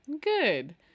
Good